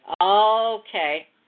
Okay